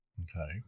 Okay